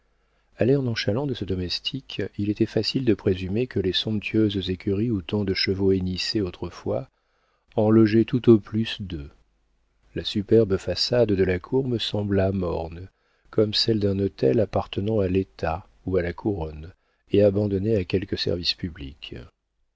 a l'air nonchalant de ce domestique il était facile de présumer que les somptueuses écuries où tant de chevaux hennissaient autrefois en logeaient tout au plus deux la superbe façade de la cour me sembla morne comme celle d'un hôtel appartenant à l'état ou à la couronne et abandonné à quelque service public